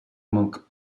manquent